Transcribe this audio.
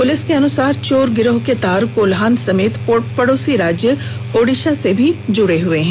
police के अनुसार चोर गिरोह के तार कोल्हान समेत पड़ोसी राज्य ओड़िशा से भी जुड़े हुए हैं